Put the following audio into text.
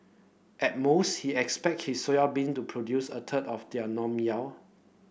at most he expect his soybean to produce a third of their normal yield